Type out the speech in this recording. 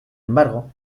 embargo